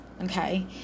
okay